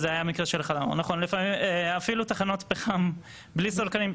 זה היה מקרה של 1-4. אפילו תחנות פחם בלי סולקנים.